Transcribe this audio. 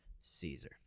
Caesar